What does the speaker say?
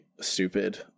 stupid